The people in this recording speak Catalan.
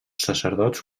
sacerdots